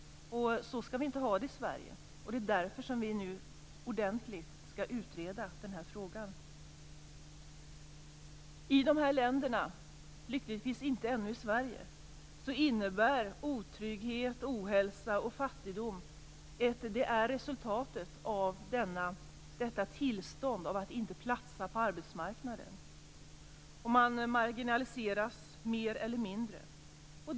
Så skall vi inte ha det i Sverige, och det är därför som vi nu ordentligt skall utreda den här frågan. I de här länderna - lyckligtvis ännu inte i Sverige - är otrygghet, ohälsa och fattigdom resultat av detta tillstånd av att inte platsa på arbetsmarknaden. Man marginaliseras mer eller mindre.